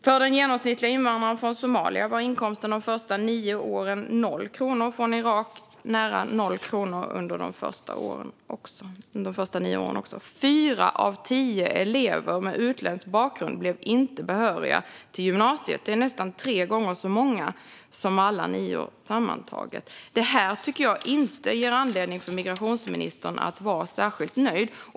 För den genomsnittliga invandraren från Somalia var inkomsterna de första nio åren noll kronor. För den från Irak var den också nära noll kronor under de första nio åren. Fyra av tio elever med utländsk bakgrund blev inte behöriga till gymnasiet. Det är nästan tre gånger så många som alla nior sammantaget. Det här tycker jag inte ger anledning för migrationsministern att vara särskilt nöjd.